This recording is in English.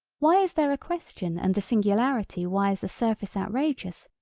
why is there a question and the singularity why is the surface outrageous,